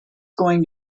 going